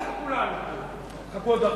תחכו עוד הרבה.